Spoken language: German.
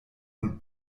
und